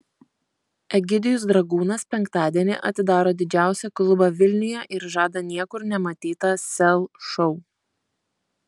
egidijus dragūnas penktadienį atidaro didžiausią klubą vilniuje ir žada niekur nematytą sel šou